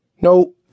No